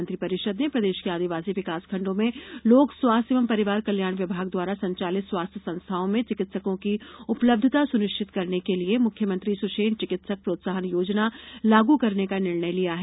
मंत्रि परिषद ने प्रदेश के आदिवासी विकासखण्डों में लोक स्वास्थ्य एवं परिवार कल्याण विभाग द्वारा संचालित स्वास्थ्य संस्थाओं में चिकित्सकों की उपलब्धता सुनिश्चित करने के लिये मुख्यमंत्री सुषेण चिकित्सक प्रोत्साहन योजना लागू करने का निर्णय लिया है